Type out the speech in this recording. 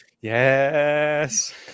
yes